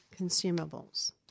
consumables